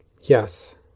Yes